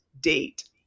date